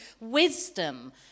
wisdom